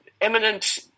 eminent